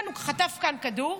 הוא חטף כאן כדור,